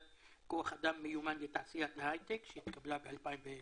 כוח אדם מיומן בתעשיית ההיי-טק שהתקבלה ב-2017.